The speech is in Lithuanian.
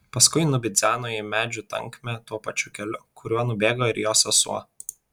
paskui nubidzeno į medžių tankmę tuo pačiu keliu kuriuo nubėgo ir jo sesuo